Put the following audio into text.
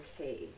okay